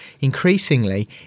increasingly